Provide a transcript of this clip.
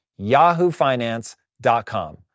yahoofinance.com